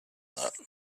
that